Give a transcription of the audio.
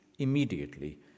immediately